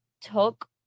took